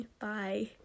Bye